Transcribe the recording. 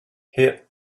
het